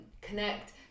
Connect